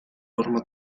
forma